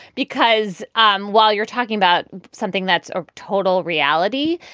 because um while you're talking about something that's a total reality,